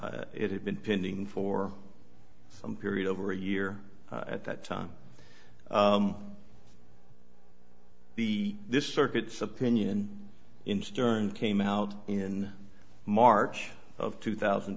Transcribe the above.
ten it had been pending for some period over a year at that time the this circuit's opinion in stern came out in march of two thousand